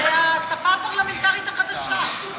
זו השפה הפרלמנטרית החדשה.